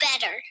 better